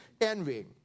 envy